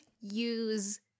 use